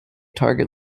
target